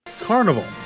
Carnival